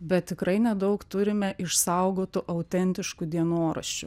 bet tikrai nedaug turime išsaugotų autentiškų dienoraščių